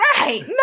Right